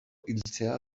hiltzea